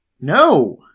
No